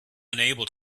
unable